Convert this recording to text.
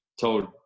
told